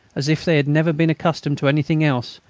as if they had never been accustomed to anything else,